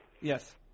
Yes